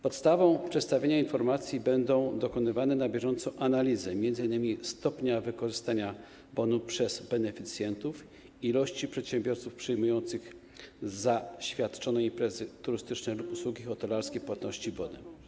Podstawą przedstawienia informacji będą dokonywane na bieżąco analizy, m.in. stopnia wykorzystania bonu przez beneficjentów, ilości przedsiębiorców przyjmujących za świadczone imprezy turystyczne lub usługi hotelarskie płatności bonem.